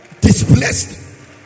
displaced